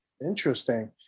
Interesting